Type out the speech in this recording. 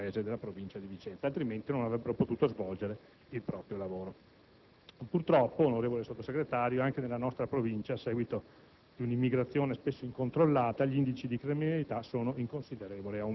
dell'Associazione delle piccole e medie imprese della Provincia di Vicenza, la polizia postale non avrebbe potuto svolgere il proprio lavoro. Purtroppo, onorevole Sottosegretario, anche nella nostra Provincia, a seguito